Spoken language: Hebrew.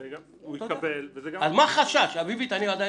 אביבית, אז מה החשש?